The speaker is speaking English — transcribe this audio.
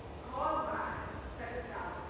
caused by check this out,